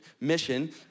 mission